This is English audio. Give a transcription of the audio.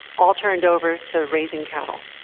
all turned over to raising cattle.